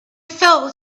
fell